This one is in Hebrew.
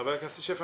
חבר הכנסת שפע,